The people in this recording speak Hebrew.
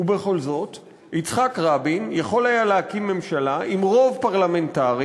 ובכל זאת יצחק רבין יכול היה להקים ממשלה עם רוב פרלמנטרי,